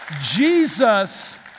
Jesus